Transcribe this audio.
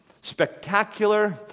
spectacular